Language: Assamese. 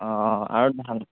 অঁ আৰু ভাল